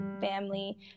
family